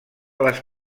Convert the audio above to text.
les